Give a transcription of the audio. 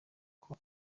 uko